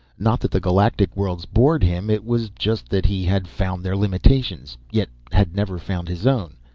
not that the galactic worlds bored him. it was just that he had found their limitations yet had never found his own.